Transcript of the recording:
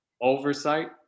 oversight